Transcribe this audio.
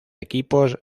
equipos